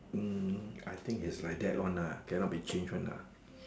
mm I think is like that one lah can not be change one lah